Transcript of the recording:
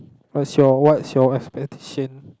what's your what's your expectation